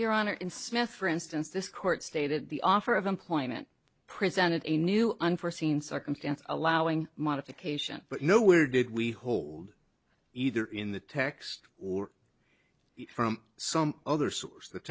your honor in smith for instance this court stated the offer of employment presented a new unforeseen circumstance allowing modification but nowhere did we hold either in the text or from some other source th